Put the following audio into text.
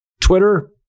Twitter